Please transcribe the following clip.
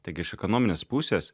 taigi iš ekonominės pusės